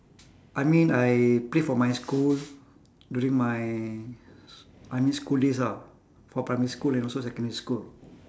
I mean I play for my school during my primary school days ah for primary school and also secondary school